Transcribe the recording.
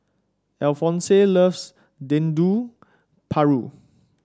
Alphonse loves Dendeng Paru